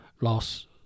loss